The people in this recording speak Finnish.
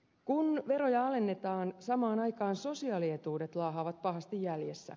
kun veroja alennetaan samaan aikaan sosiaalietuudet laahaavat pahasti jäljessä